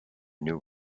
new